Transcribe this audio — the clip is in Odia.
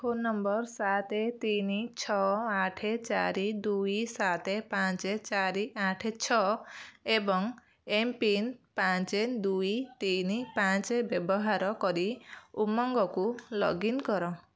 ଫୋନ୍ ନମ୍ବର୍ ସାତେ ତିନି ଛଅ ଆଠେ ଚାରି ଦୁଇ ସାତେ ପାଞ୍ଚେ ଚାରି ଆଠେ ଛଅ ଏବଂ ଏମ୍ପିନ୍ ପାଞ୍ଚେ ଦୁଇ ତିନି ପାଞ୍ଚେ ବ୍ୟବହାର କରି ଉମଙ୍ଗକୁ ଲଗ୍ଇନ୍ କର